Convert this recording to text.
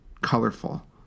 colorful